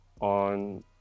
on